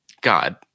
God